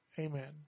amen